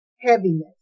heaviness